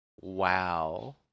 Wow